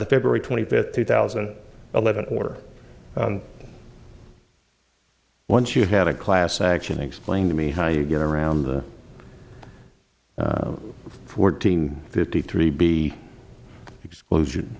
the february twenty fifth two thousand and eleven order once you had a class action explain to me how you get around the fourteen fifty three b exclusion